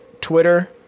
Twitter